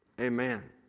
Amen